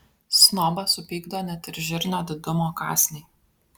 snobą supykdo net ir žirnio didumo kąsniai